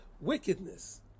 wickedness